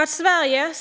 Att Sveriges